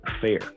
fair